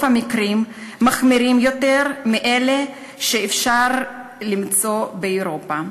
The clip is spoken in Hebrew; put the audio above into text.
המקרים מחמירים יותר מאלה שאפשר למצוא באירופה,